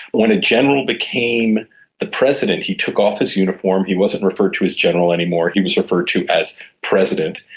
when a general became the president he took off his uniform, he wasn't referred to as general anymore, he was referred to as president,